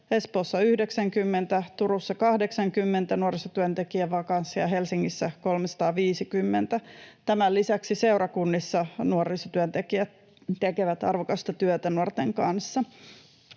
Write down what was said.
Espoossa 90, Turussa 80 nuorisotyöntekijän vakanssia, Helsingissä 350. Tämän lisäksi seurakunnissa nuorisotyöntekijät tekevät arvokasta työtä nuorten kanssa.